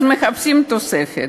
אז מחפשים תוספת.